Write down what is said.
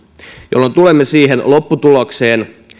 jolloin tulemme siihen lopputulokseen